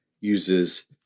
uses